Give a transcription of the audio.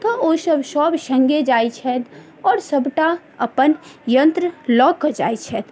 तऽ ओहि सब सब संगे जाइ छथि आओर सबटा अपन यंत्र लऽ कऽ जाइ छथि